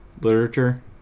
literature